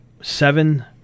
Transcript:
seven –